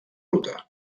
ruta